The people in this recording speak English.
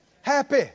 happy